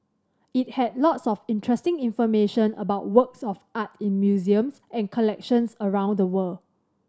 it had lots of interesting information about works of art in museums and collections around the world